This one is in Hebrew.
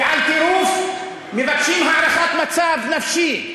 ועל טירוף מבקשים הערכת מצב נפשי.